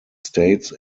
states